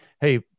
Hey